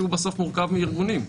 שהוא בסוף מורכב מארגונים,